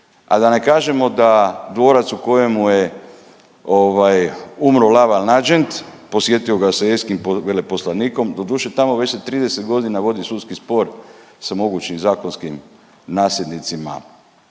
a da ne kažemo da dvorac u kojemu je ovaj umro Elven Lagent posjetio ga s …/Govornik se ne razumije./… veleposlanikom doduše tamo već se 30 godina vodi sudski spor sa mogućim zakonskim nasljednicima